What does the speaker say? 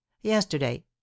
yesterday